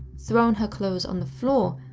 throw and her clothes on the floor,